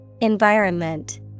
Environment